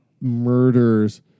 murders